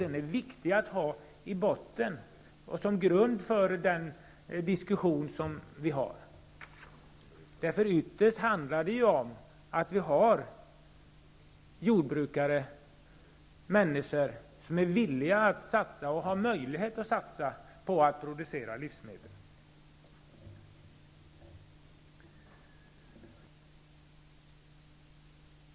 Det är viktigt att ha den som grund för den diskussion som vi för. Ytterst handlar det om att vi har tillgång till människor som är villiga att och har möjlighet att satsa på att producera livsmedel.